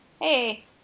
hey